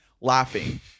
laughing